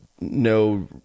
no